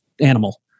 Animal